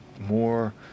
more